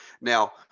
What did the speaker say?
Now